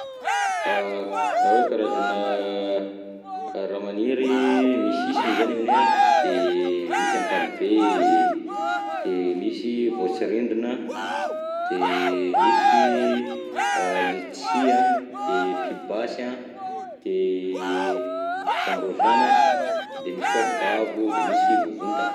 Raha hoe karazana raha maniry mi sisiny zany aminay an, de misy ampalibe, de misy voatsirindrina, de misy letchis de pibasy an, de zamborizano an, de misy koa gavo de misy vovontaka.